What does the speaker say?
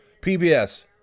PBS